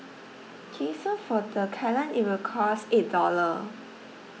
K so for the kailan it will cost eight dollar